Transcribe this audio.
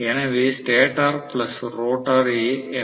எனவே stator plus rotor M